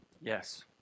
yes